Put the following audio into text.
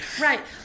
Right